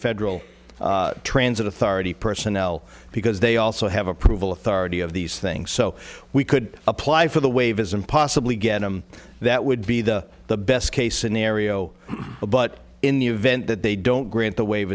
federal transit authority personnel because they also have approval authority of these things so we could apply for the waive his and possibly get him that would be the best case scenario but in the event that they don't grant the waive